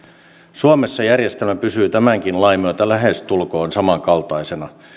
suomessa järjestelmä pysyy tämänkin lain myötä lähestulkoon samankaltaisena